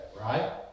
right